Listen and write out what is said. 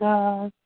God